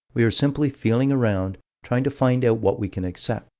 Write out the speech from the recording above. we are simply feeling around, trying to find out what we can accept.